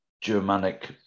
Germanic